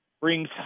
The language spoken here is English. brings